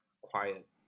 quiet